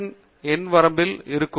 என் எண் வரம்பில் இருக்கும்